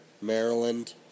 Maryland